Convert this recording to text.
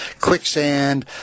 quicksand